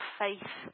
faith